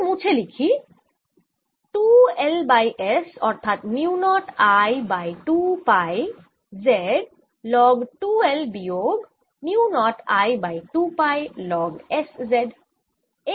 এটি মুছে লিখি 2 L বাই S অর্থাৎ mu naught I by 2 pi Z log 2 l বিয়োগ mu naught I by 2 pi log S Z